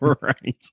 right